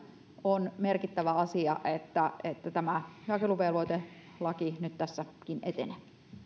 on merkittävä asia että että tämä jakeluvelvoitelaki nyt tässäkin etenee